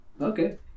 okay